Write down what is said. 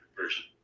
Version